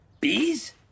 Bees